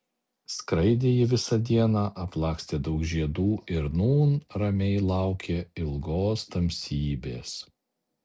skraidė ji visą dieną aplakstė daug žiedų ir nūn ramiai laukė ilgos tamsybės